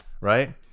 Right